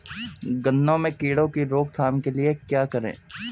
गन्ने में कीड़ों की रोक थाम के लिये क्या करें?